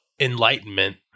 enlightenment